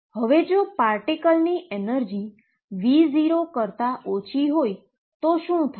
હવે જો પાર્ટીકલની એનર્જી V0 કરતા ઓછી હોય તો શું થાય